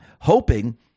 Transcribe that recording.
hoping